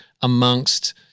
amongst